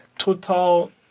Total